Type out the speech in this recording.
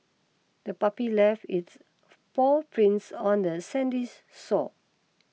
the puppy left its paw prints on the sandy's shore